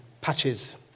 patches